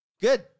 Good